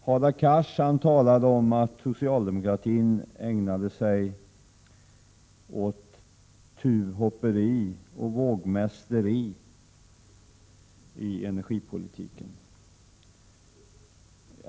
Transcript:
Hadar Cars talade om att socialdemokratin ägnade sig åt ”tuvhopperi” och ”vågmästeri” i energipolitiken.